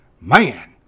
man